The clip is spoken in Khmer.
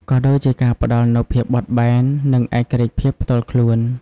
ក៏ដូចជាការផ្ដល់នូវភាពបត់បែន និងឯករាជ្យភាពផ្ទាល់ខ្លួន។